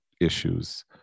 issues